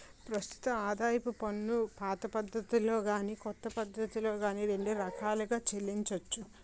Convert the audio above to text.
ప్రస్తుతం ఆదాయపు పన్నుపాత పద్ధతిలో గాని కొత్త పద్ధతిలో గాని రెండు రకాలుగా చెల్లించొచ్చు